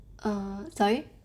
err sorry